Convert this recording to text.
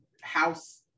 house